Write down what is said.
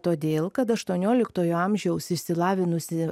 todėl kad aštuonioliktojo amžiaus išsilavinusi